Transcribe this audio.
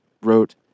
wrote